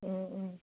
অঁ অঁ